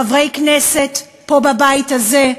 חברי כנסת פה, בבית הזה,